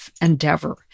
endeavor